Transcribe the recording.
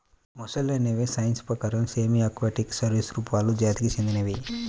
మొసళ్ళు అనేవి సైన్స్ ప్రకారం సెమీ ఆక్వాటిక్ సరీసృపాలు జాతికి చెందినవి